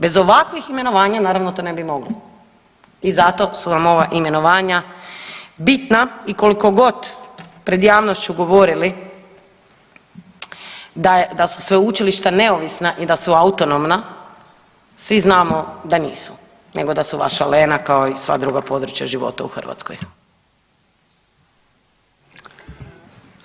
Bez ovakvih imenovanja naravno to ne bi mogli i zato su vam ova imenovanja bitna i koliko god pred javnošću govorili da su sveučilišta neovisna i da su autonomna svi znamo da nisu, nego da su vaša lena kao i sva druga područja života u Hrvatskoj.